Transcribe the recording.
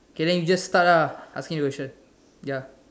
okay then you just start ah asking the questions ya